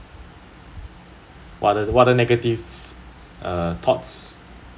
what what other negative uh thoughts